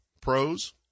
pros